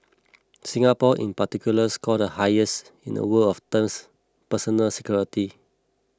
Singapore in particular scored the highest in the world of terms personal security